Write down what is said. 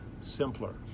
simpler